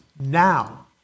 now